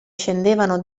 scendevano